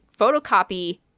photocopy